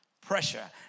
pressure